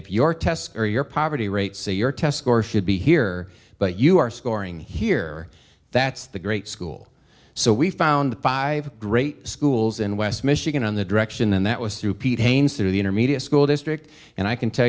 if your tests or your poverty rate say your test scores should be here but you are scoring here that's the great school so we found five great schools in west michigan on the direction and that was through pete haines through the intermediate school district and i can tell